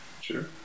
Sure